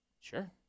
Sure